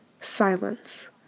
silence